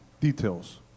Details